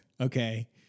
okay